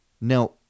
Now